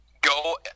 go